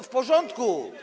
W porządku.